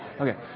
Okay